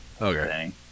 Okay